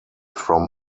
from